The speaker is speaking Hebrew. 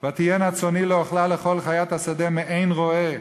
ותהיינה צאני לאכלה לכל חית השדה מאין רעה